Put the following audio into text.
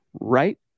right